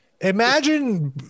Imagine